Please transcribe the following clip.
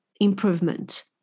improvement